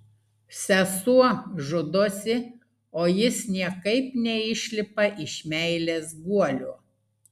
sesuo žudosi o jis niekaip neišlipa iš meilės guolio